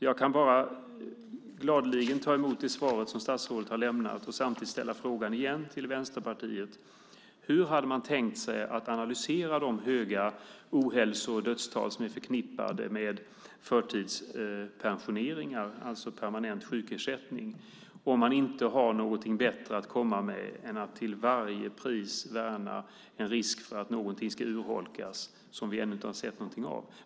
Jag kan bara gladeligen ta emot det svar som statsrådet har lämnat och samtidigt ställa frågan igen till Vänsterpartiet: Hur hade man tänkt sig att analysera de höga ohälso och dödstal som är förknippade med förtidspensioneringar, alltså permanent sjukersättning, om man inte har något bättre att komma med än att till varje pris värna en risk för att någonting ska urholkas som vi ännu inte har sett någonting av?